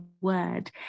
word